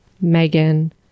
Megan